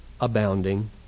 abounding